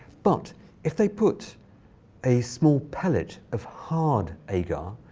but if they put a small pellet of hard agar,